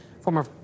Former